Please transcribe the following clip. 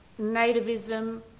nativism